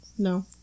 No